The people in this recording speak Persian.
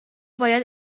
باید